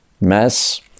mass